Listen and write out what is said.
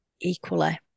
equally